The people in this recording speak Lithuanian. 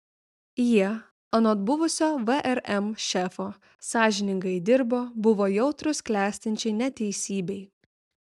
jie anot buvusio vrm šefo sąžiningai dirbo buvo jautrūs klestinčiai neteisybei